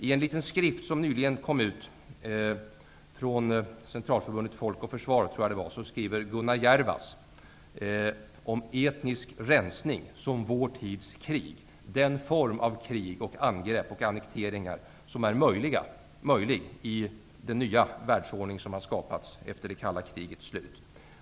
I en liten skrift som nyligen kom ut -- från Centralförbundet Folk och försvar tror jag det var -- skriver Gunnar Jervas om etnisk rensning som vår tids krig, den form av krig, angrepp och annekteringar som är möjlig i den nya världsordning som har skapats efter det kalla krigets slut.